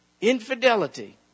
Infidelity